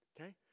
Okay